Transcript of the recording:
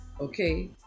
Okay